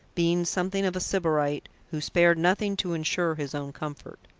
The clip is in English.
being something of a sybarite who spared nothing to ensure his own comfort.